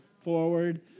forward